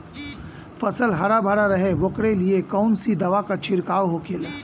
फसल हरा भरा रहे वोकरे लिए कौन सी दवा का छिड़काव होखेला?